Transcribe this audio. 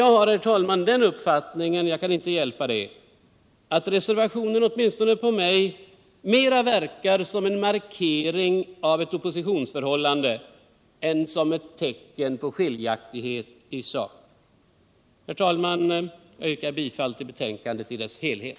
Jag har, herr talman, den uppfattningen — och jag kan inte hjälpa det — att reservationen mera verkar vara en markering av ett opposiuonsförhållande än ett tecken på skiljaktighet i sak. Herr talman! Jag yrkar bifall till utskottets hemställan i dess helhet.